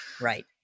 right